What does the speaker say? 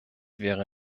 wäre